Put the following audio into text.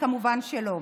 כמובן שלא.